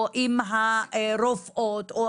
הרופאות,